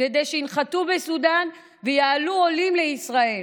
כדי שינחתו בסודאן ויעלו עולים לישראל.